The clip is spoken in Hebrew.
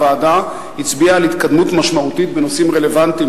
הוועדה הצביעה על התקדמות משמעותית בנושאים רלוונטיים,